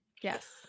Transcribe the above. Yes